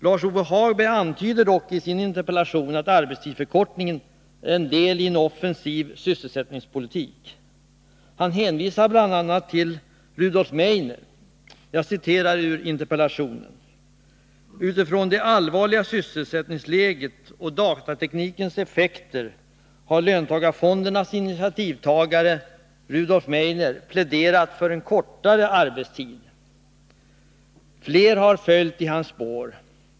Lars-Ove Hagberg antyder dock i sin interpellation att arbetstidsförkortningen är en del i en offensiv sysselsättningspolitik. Han hänvisar bl.a. till Rudolf Meidner. Jag citerar ur interpellationen: ”Utifrån det allvarliga sysselsättningsläget och datateknikens effekter har löntagarfondernas initiativtagare — Rudolf Meidner — pläderat för en kortare arbetstid. Fler har följt i hans spår.